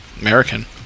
American